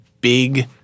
big